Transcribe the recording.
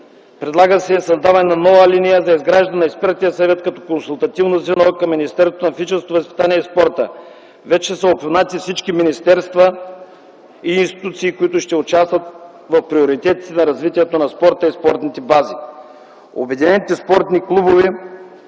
Предлага се създаването на нова алинея за изграждане на експертен съвет като консултативно звено към Министерството на физическото възпитание и спорта. Вече са упоменати всички министерства и институции, които ще участват в приоритетите на развитието на спорта и спортните бази. Обединените спортни клубове